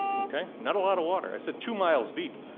okay? not a lot of water. it's ah two miles deep.